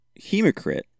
Hemocrit